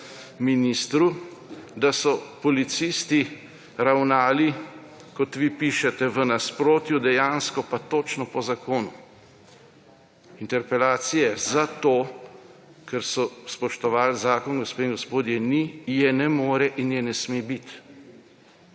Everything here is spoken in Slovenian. ministru, da so policisti ravnali, kot vi pišete, v nasprotju, dejansko pa točno po zakonu. Interpelacije za to, ker so spoštovali zakon, gospe in gospodje, ni, je ne more in je ne sme biti.